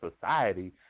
society